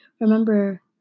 remember